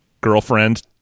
girlfriend